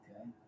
okay